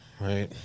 Right